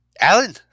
Alan